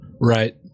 right